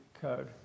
code